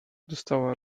dostała